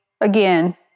again